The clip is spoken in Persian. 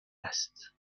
است